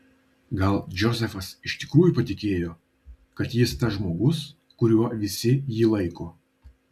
gal džozefas iš tikrųjų patikėjo kad jis tas žmogus kuriuo visi jį laiko